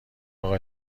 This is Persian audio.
اقا